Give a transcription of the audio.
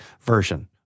version